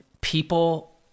people